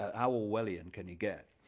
how orwellian can you get?